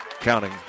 counting